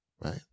right